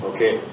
Okay